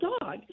dog